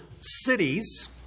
cities